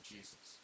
Jesus